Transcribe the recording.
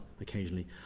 occasionally